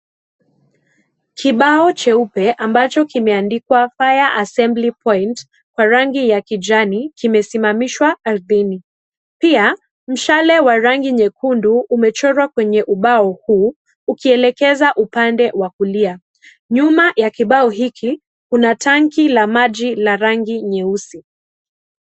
Kibao cheupe ambacho kimeandikwa fire assembly point kwa rangi ya kijani kimesimamishwa ardhini ,pia mshale wa rangi nyekundu umechorwa kwenye ubao huu ukielekeza upande wa kulia, nyuma ya kibao hiki kuna tanki la maji la rangi nyeusi.